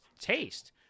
taste